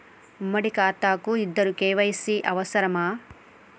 ఉమ్మడి ఖాతా కు ఇద్దరు కే.వై.సీ అవసరమా?